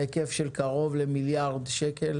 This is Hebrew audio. בהיקף של קרוב למיליארד שקל.